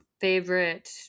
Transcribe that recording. favorite